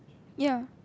ya